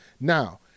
Now